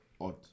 odd